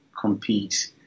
compete